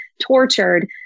tortured